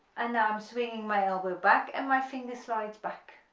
and now i'm swinging my elbow back and my finger slides back,